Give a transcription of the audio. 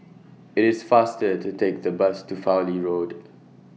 IT IS faster to Take The Bus to Fowlie Road